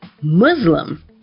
Muslim